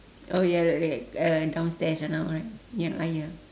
oh ya like like uh downstairs just now right ya ah ya